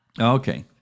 Okay